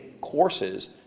courses